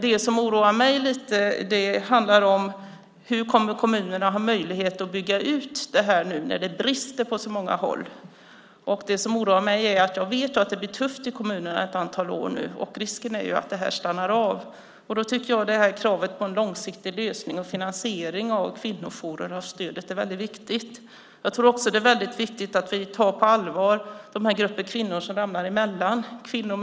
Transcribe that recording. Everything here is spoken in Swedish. Det som oroar mig är om kommunerna kommer att ha möjlighet att bygga ut detta när det brister på så många håll. Jag vet att det kommer att bli tufft i kommunerna under ett antal år, och risken är att det stannar av. Då tycker jag att kravet på en långsiktig lösning och finansiering av kvinnojourer är viktigt. Det är också viktigt att vi tar grupperna av kvinnor som ramlar emellan på allvar.